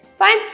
Fine